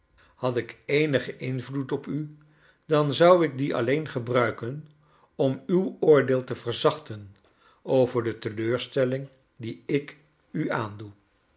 had ik eenigen invloed op u dan zou ik dien alleen gebruiken ora uw oordeel te verzachten over de teleurstelling die ik u aandoe